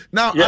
Now